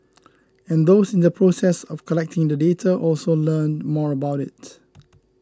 and those in the process of collecting the data also learn more about it